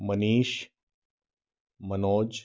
Manish Manoj